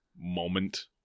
Moment